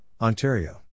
Ontario